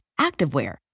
activewear